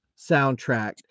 soundtrack